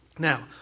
Now